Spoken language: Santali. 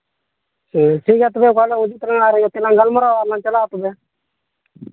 ᱦᱮᱸ ᱴᱷᱤᱠ ᱜᱮᱭᱟ ᱛᱚᱵᱮ ᱚᱠᱟ ᱨᱮᱞᱟᱝ ᱤᱫᱤ ᱛᱚᱨᱟᱭᱟ ᱟᱨ ᱠᱟᱹᱴᱤᱡ ᱞᱟᱝ ᱜᱟᱞᱢᱟᱨᱟᱜᱼᱟ ᱟᱨ ᱞᱟᱝ ᱪᱟᱞᱟᱜᱼᱟ ᱛᱚᱵᱮ